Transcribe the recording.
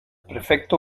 prefecto